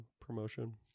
promotion